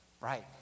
right